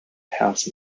house